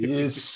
Yes